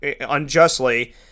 unjustly